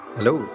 Hello